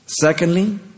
Secondly